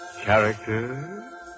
character